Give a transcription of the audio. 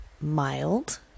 mild